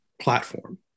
platform